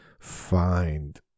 find